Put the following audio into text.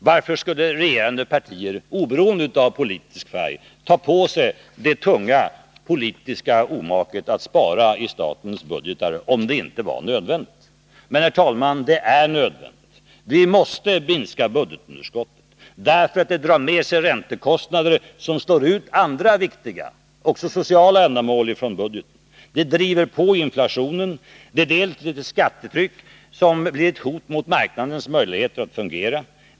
Varför skulle regerande partier, oberoende av politisk färg, ta på sig det tunga politiska omaket att spara i statens budgetar, om det inte var nödvändigt? Men, herr talman, det är nödvändigt. Vi måste minska budgetunderskottet. Det drar med sig räntekostnader som slår ut andra viktiga, också sociala, ändamål från budgeten. Det driver på inflationen. Det leder till ett skattetryck som blir ett hot mot marknadens möjligheter att fungera.